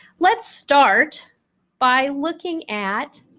let's start by looking at,